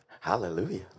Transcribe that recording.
Hallelujah